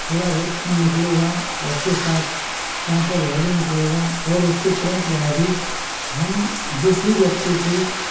थोड़ा बहुत खून निकलेगा और उसके साथ सांप का ज़हर भी निकलेगा और उसके तुरंत बाद ही हम जिस भी व्यक्ति को